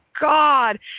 God